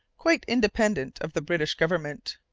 quite independent of the british government.